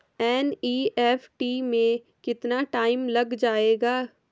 NEFT में कितना time लग जाएगा?